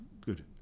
good